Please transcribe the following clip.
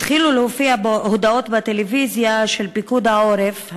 התחילו להופיע הודעות בטלוויזיה של פיקוד העורף,